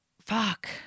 fuck